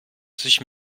sich